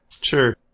Sure